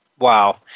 Wow